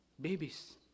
Babies